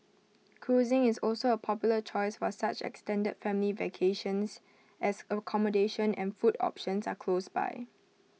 cruising is also A popular choice for such extended family vacations as accommodation and food options are close by